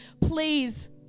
please